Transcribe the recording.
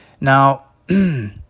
now